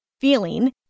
feeling